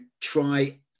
try